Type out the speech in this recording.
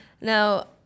now